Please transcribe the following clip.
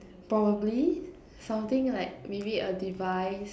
probably something like maybe a device